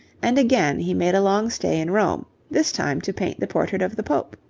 and again he made a long stay in rome, this time to paint the portrait of the pope.